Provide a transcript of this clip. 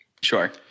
sure